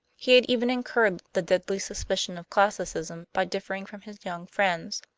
he had even incurred the deadly suspicion of classicism by differing from his young friends,